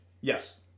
Yes